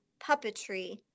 Puppetry